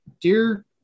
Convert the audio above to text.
Dear